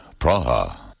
Praha